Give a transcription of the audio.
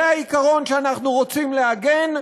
זה העיקרון שאנחנו רוצים לעגן,